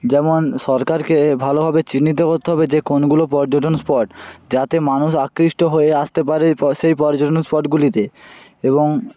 যেমন সরকারকে ভালোভাবে চিহ্নিত করতে হবে যে কোনগুলো পর্যটন স্পট যাতে মানুষ আকৃষ্ট হয়ে আসতে পারে এই প সেই পর্যটন স্পটগুলিতে এবং